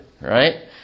right